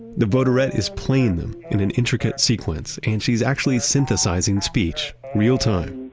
the voderette is playing them in an intricate sequence and she's actually synthesizing speech real-time